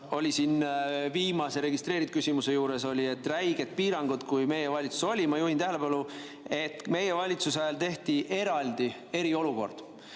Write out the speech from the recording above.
oli siin viimase registreeritud küsimuse juures [jutuks], et olid räiged piirangud, kui meie valitsus oli. Ma juhin tähelepanu, et meie valitsuse ajal kehtestati eriolukord.